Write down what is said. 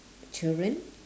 children